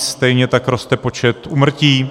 Stejně tak roste počet úmrtí.